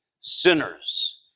sinners